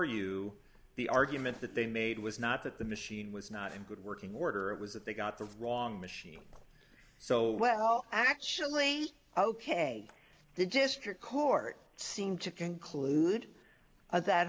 you the argument that they made was not that the machine was not in good working order it was that they got the wrong machine so well actually ok the district court seemed to conclude that